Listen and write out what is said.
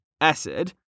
acid